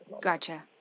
Gotcha